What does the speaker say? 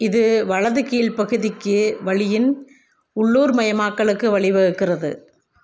இது வலது கீழ் பகுதிக்கு வழியின் உள்ளூர்மயமாக்கலுக்கு வழிவகுக்கிறது